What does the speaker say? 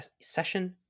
session